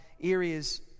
areas